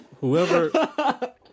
Whoever